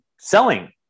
selling